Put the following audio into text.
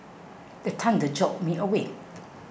the thunder jolt me awake